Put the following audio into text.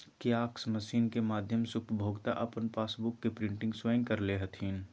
kiosk machine के माध्यम से उपभोक्ता अपन पासबुक के प्रिंटिंग स्वयं कर ले हथिन